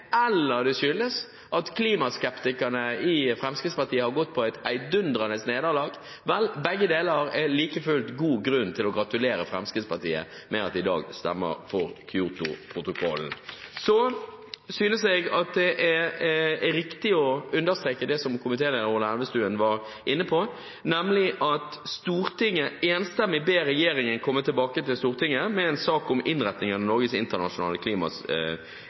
eller det skyldes at klimaskeptikerne i Fremskrittspartiet har gått på et heidundrende nederlag, er det like fullt god grunn til å gratulere Fremskrittspartiet med at de i dag stemmer for Kyotoprotokollen. Jeg synes det er riktig å understreke det komitéleder Ola Elvestuen var inne på, nemlig at Stortinget enstemmig ber regjeringen komme tilbake til Stortinget med en sak om innrettingen av Norges internasjonale